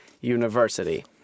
University